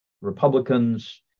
Republicans